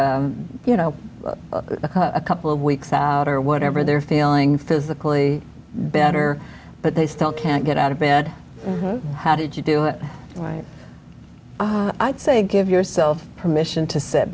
you know a couple of weeks out or whatever they're feeling physically better but they still can't get out of bed how did you do it right i'd say give yourself permission to set